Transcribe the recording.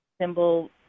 symbol